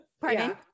Pardon